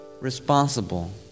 responsible